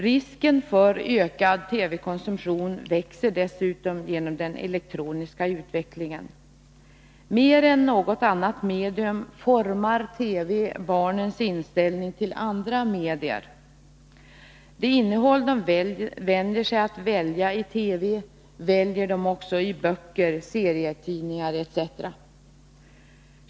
Risken för ökad TV-konsumtion växer dessutom genom den elektroniska utvecklingen. Mer än något annat medium formar TV barnens inställning till andra medier. Det innehåll de vänjer sig att välja i TV väljer de också i böcker, serietidningar etc.